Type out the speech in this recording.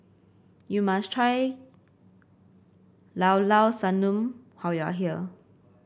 you must try Llao Llao Sanum how you are here